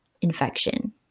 infection